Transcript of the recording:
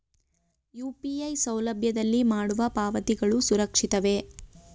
UPI ಸೌಲಭ್ಯದಲ್ಲಿ ಮಾಡುವ ಪಾವತಿಗಳು ಸುರಕ್ಷಿತವೇ?